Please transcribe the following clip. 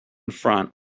front